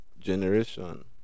generation